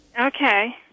Okay